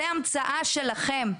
זו המצאה שלכם.